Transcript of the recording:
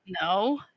No